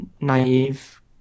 naive